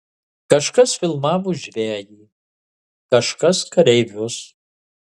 kažkas filmavo žvejį kažkas kareivius